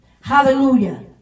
hallelujah